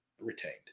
retained